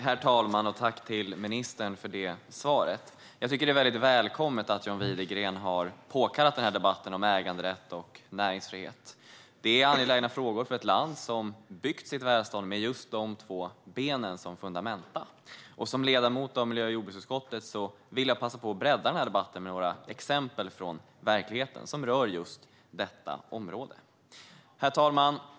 Herr talman! Tack, ministern, för svaret! Det är välkommet att John Widegren har påkallat den här debatten om äganderätt och näringsfrihet. Det är angelägna frågor för ett land som har byggt sitt välstånd med just dessa två ben som fundament. Som ledamot i miljö och jordbruksutskottet vill jag passa på att bredda den här debatten med några exempel från verkligheten som rör just detta område. Herr talman!